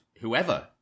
whoever